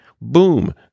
boom